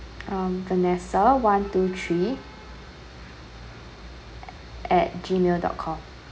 um vanessa one two three at gmail dot com